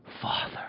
Father